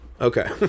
Okay